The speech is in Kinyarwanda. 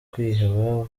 kwiheba